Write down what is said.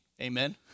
Amen